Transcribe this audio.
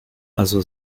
also